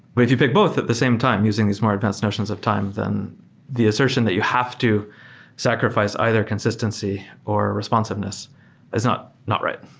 but if you pick both at the same time using these more advanced notions of time, then the assertion that you have to sacrifice either consistency or responsiveness is not not right.